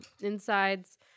insides